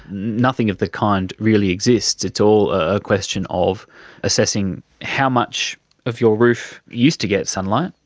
nothing of the kind really exists, it's all a question of assessing how much of your roof used to get sunlight,